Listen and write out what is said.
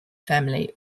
family